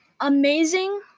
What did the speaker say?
amazing